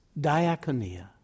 Diakonia